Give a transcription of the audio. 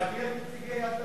להביא את נציגי "יד לבנים"